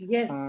Yes